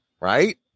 right